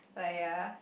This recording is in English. but ya